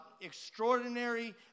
extraordinary